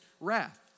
wrath